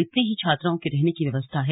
इतने ही छात्राओं के रहने की व्यवस्था है